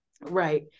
Right